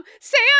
Sam